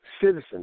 citizens